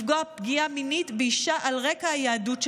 לפגוע פגיעה מינית באישה על רקע היהדות שלה.